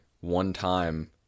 one-time